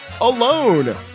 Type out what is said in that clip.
alone